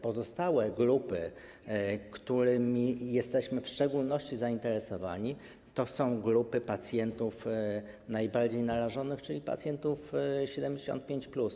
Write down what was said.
Pozostałe grupy, którymi jesteśmy w szczególności zainteresowani, to są grupy pacjentów najbardziej narażonych, czyli pacjentów 75+.